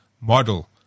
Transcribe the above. model